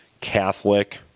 Catholic